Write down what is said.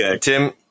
Tim